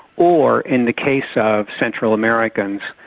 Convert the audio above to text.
or in the case of central americans,